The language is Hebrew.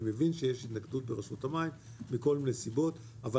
אני מבין שיש התנגדות ברשות המים מכל מיני סיבות אבל